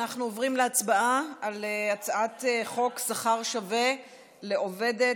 אנחנו עוברים להצבעה על הצעת חוק שכר שווה לעובדת